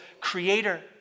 creator